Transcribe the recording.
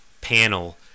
panel